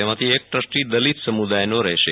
તેમાંથી એક ટ્રસ્ટી દલિત સમ્રદાયનો રહેશે